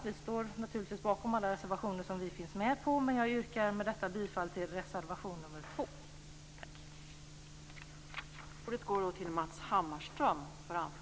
Vi står naturligtvis bakom alla reservationer som vi finns med på, men jag yrkar med detta bifall till reservation nr 2.